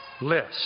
list